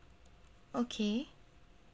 okay